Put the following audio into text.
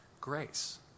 grace